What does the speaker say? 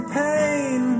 pain